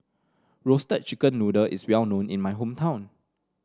Roasted Chicken Noodle is well known in my hometown